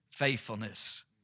faithfulness